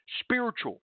spiritual